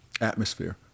atmosphere